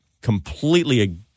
completely